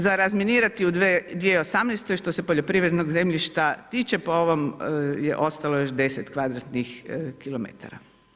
Za razminirati u 2018. što se poljoprivrednog zemljišta tiče, po ovom je ostalo još 10 kvadratnih kilometara.